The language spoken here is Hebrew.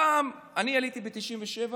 פעם, אני עליתי ב-1997.